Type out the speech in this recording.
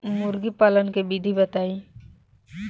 मुर्गी पालन के विधि बताई?